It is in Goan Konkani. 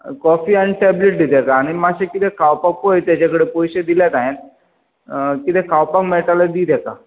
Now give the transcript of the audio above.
कॉफी आनी टेबलेट दी ताका आनी मातशें कितें खांवपाक पळय ताजे कडेन पयशें दिल्यात हांवे कितें खांवपाक मेळटा जाल्यार दी ताका